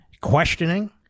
questioning